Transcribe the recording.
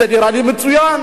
זה נראה לי מצוין,